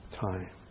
time